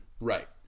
Right